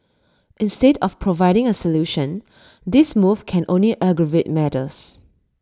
instead of providing A solution this move can only aggravate matters